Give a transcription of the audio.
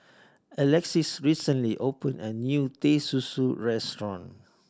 Alexis recently opened a new Teh Susu restaurant